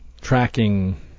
tracking